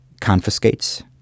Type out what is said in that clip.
confiscates